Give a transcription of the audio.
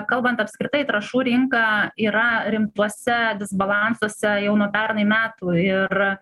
kalbant apskritai trąšų rinka yra rimtuose balansuose jau nuo pernai metų ir